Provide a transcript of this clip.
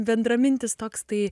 bendramintis toks tai